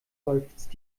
seufzt